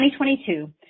2022